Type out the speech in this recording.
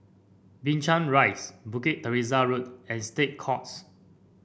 Binchang Rise Bukit Teresa Road and State Courts